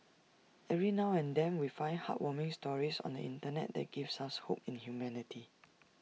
every now and then we find heartwarming stories on the Internet that give us hope in humanity